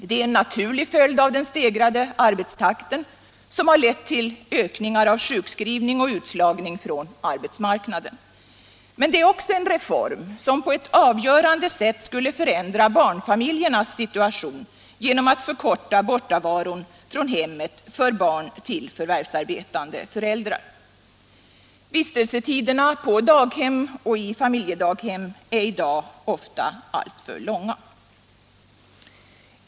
Det är en naturlig följd av den stegrade arbetstakten, som har lett till ökningar av sjukskrivning och utslagning från arbetsmarknaden. Men det är också en reform som på ett avgörande sätt skulle förändra barnfamiljernas situation genom att förkorta bortovaron från hemmet för barnen till förvärvsarbetande föräldrar. Vistelsetiderna på daghem och i familjedaghem är i dag ofta alltför långa.